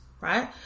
Right